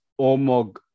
Omog